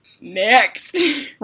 next